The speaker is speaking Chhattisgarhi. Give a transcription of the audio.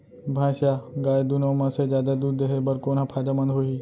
भैंस या गाय दुनो म से जादा दूध देहे बर कोन ह फायदामंद होही?